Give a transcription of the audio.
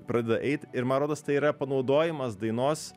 pradeda eit ir man rodos tai yra panaudojimas dainos